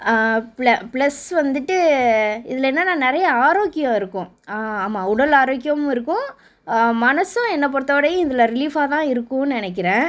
ப்ள plus வந்துட்டு இதில் என்னன்னால் நிறைய ஆரோக்கியம் இருக்கும் ஆமா ம் உடல் ஆரோக்கியமும் இருக்கும் மனதும் என்ன பொறுத்தவரையும் இதில் ரிலீஃபாக தான் இருக்கும்னு நினைக்கிறேன்